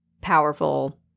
powerful